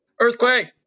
Earthquake